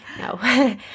No